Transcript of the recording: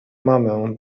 mamę